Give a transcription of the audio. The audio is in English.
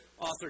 author